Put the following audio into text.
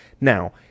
Now